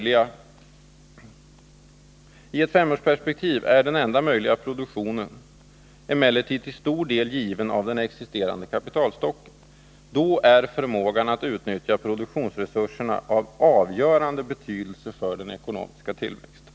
I ett femårsperspektiv är den möjliga produktionen emellertid till stor del given av den existerande kapitalstocken. Då är förmågan att utnyttja produktionsresurserna av avgörande betydelse för den ekonomiska tillväxten.